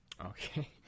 Okay